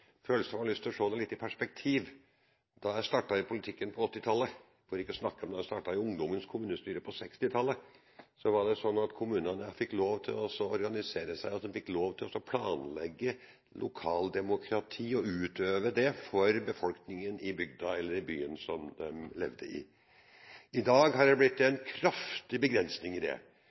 Jeg har lyst til å se det litt i perspektiv. Da jeg startet i politikken på 1980-tallet, for ikke å snakke om da jeg startet i ungdommens kommunestyre på 1960-tallet, fikk kommunene lov til å organisere seg, og de fikk lov til å planlegge lokaldemokrati og utøve det for befolkningen i bygda eller i byen som de levde i. I dag har det blitt en kraftig begrensning i det.